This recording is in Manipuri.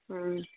ꯎꯝ